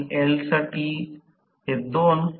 फक्त रोटर तांबे मध्ये उष्णता म्हणून मोकळी आहे